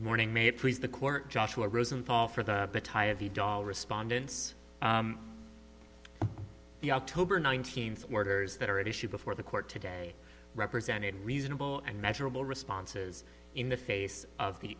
morning may praise the court joshua rosenthal for the doll respondents the october nineteenth orders that are at issue before the court today represented reasonable and measurable responses in the face of the